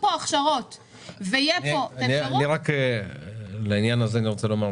אני רוצה לומר משהו לעניין הזה.